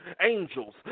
angels